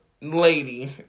lady